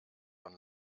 von